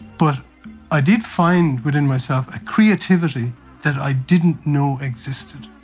but i did find within myself a creativity that i didn't know existed.